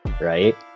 right